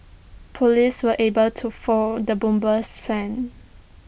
Police were able to foil the bomber's plans